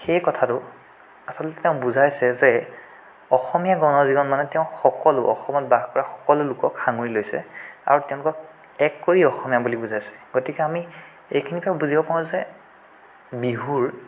সেই কথাটো আচলতে তেওঁ বুজাইছে যে অসমীয়া গণ জীৱন মানে তেওঁ সকলো অসমত বাস কৰা সকলো লোকক সাঙুৰি লৈছে আৰু তেওঁলোকক এক কৰি অসমীয়া বুলি বুজাইছে গতিকে আমি এইখিনিকে বুজিব পাৰোঁ যে বিহুৰ